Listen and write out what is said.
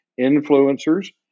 influencers